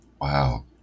Wow